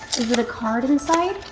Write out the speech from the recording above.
is it a card inside?